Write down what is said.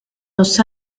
los